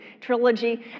trilogy